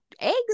eggs